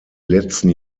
letzten